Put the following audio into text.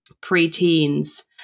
pre-teens